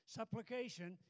supplication